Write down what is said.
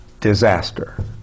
disaster